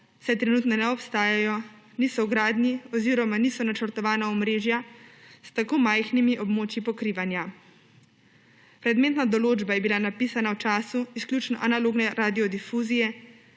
saj trenutno ne obstajajo, niso v gradnji oziroma niso načrtovana omrežja s tako majhnimi območji pokrivanja. Predmetna določba je bila napisana v času izključno analogne radiodifuzije,